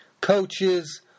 coaches